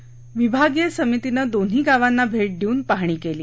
नुकतीच विभागीय समितीने दोन्ही गावांना भे देऊन पाहणी केली